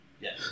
Yes